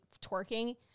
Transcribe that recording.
twerking